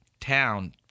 town